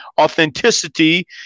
authenticity